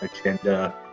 agenda